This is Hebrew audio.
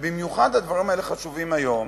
ובמיוחד הדברים האלה חשובים היום,